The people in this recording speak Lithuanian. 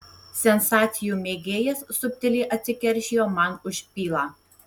sensacijų mėgėjas subtiliai atsikeršijo man už pylą